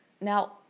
Now